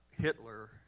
Hitler